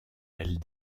elle